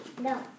No